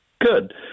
Good